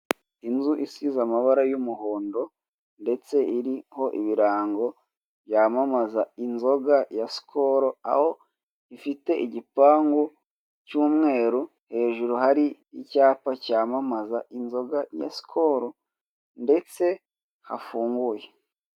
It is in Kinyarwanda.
Inzu isize amabara y'umuhondo ndetse iriho ibirango byamamaza inzoga ya sikoro, aho ifite igipangu cy'umweru hejuru hari icyapa cyamamaza inzoga ya sikoro ndetse hafunguye.